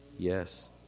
Yes